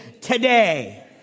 today